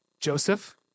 Joseph